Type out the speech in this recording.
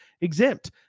exempt